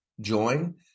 join